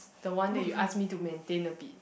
the one that you ask me to maintain a bit